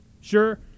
Sure